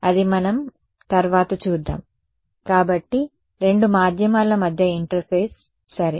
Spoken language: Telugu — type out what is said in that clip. అది మనం తర్వాత చూద్దాం కాబట్టి రెండు మాధ్యమాల మధ్య ఇంటర్ఫేస్ సరే